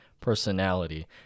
personality